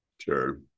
Sure